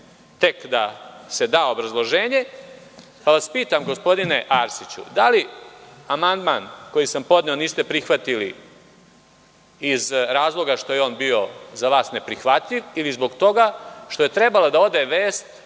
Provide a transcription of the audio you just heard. tek da se da obrazloženje, pa vas pitam, gospodine Arsiću – da li amandman koji sam podneo, a niste prihvatili iz razloga što je on bio za vas neprihvatljiv ili zbog toga što je trebala da ode vest